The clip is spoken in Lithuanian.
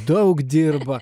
daug dirba